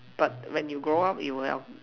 but when you grow up you will help